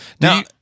Now